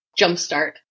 jumpstart